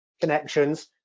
connections